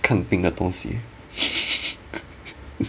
肯定的东西